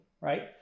right